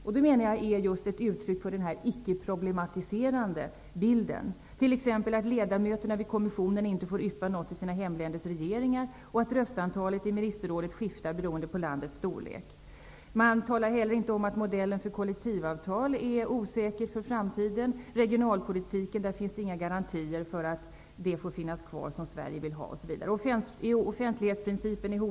Jag menar att det är ett uttryck just för den icke-problematiserande bilden, t.ex. att ledamöterna vid kommissionen inte får yppa något till sina hemländers regeringar och att röstantalet i ministerrådet skiftar beroende på landets storlek. Man talar heller inte om att modellen för kollektivavtal är osäker för framtiden. Det finns inga garantier för att regionalpoltiken får finnas kvar på det sätt som Sverige vill ha den. Offentlighetsprincipen är hotad.